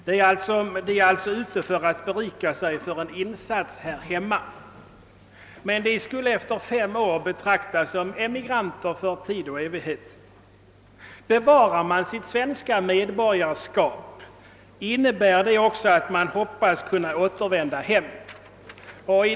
De är alltså ute för att berika sig för en insats här hemma. Skall även de efter fem år betraktas som emigranter för tid och evighet? Om man bevarar sitt svenska medborgarskap innebär detta också att man hoppas kunna återvända hem.